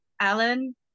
Alan